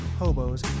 hobos